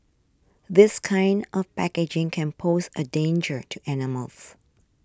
this kind of packaging can pose a danger to animals